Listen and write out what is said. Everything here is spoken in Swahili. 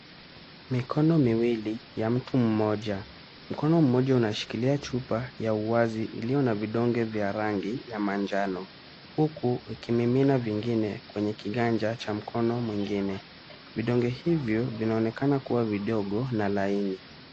Mikono miwili ya mtu mmoja. Mkono mmoja unashikilia chupa ya uwazi iliyo na vidonge vya rangi ya manjano huku ikimimina vingine kwenye kiganja cha mkono mwengine. Vidonge hivyo vinaonekana kuwa vidogo na laini.